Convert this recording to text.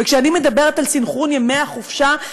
וכשאני מדברת על סנכרון ימי החופשה,